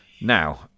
Now